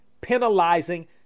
penalizing